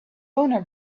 owner